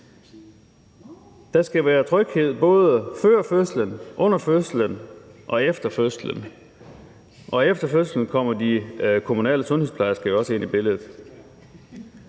Der skal være tryghed både før fødslen, under fødslen og efter fødslen. Og efter fødslen kommer de kommunale sundhedsplejersker jo også ind i billedet.